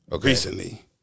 recently